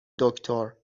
دکتر